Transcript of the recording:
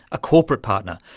a corporate partner,